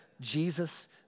Jesus